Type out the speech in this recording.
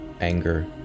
Anger